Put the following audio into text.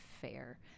fair